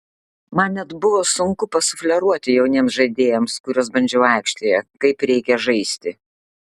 man net buvo sunku pasufleruoti jauniems žaidėjams kuriuos bandžiau aikštėje kaip reikia žaisti